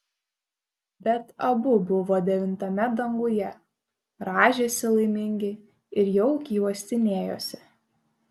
bet abu buvo devintame danguje rąžėsi laimingi ir jaukiai uostinėjosi